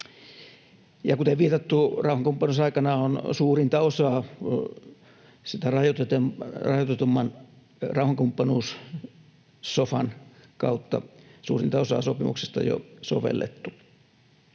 kuten on viitattu, rauhankumppanuusaikanahan on rajoitetumman rauhankumppanuus-sofan kautta suurinta osaa sopimuksesta jo sovellettu.